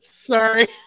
Sorry